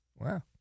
Wow